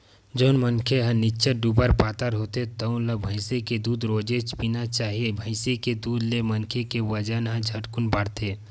जउन मनखे ह निच्चट दुबर पातर होथे तउन ल भइसी के दूद रोजेच पीना चाही, भइसी के दूद ले मनखे के बजन ह झटकुन बाड़थे